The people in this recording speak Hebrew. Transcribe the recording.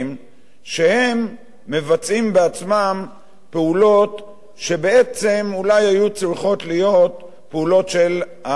שהם מבצעים בעצמם פעולות שבעצם אולי היו צריכות פעולות של המשטרה,